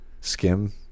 skim